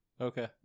Okay